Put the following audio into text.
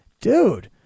dude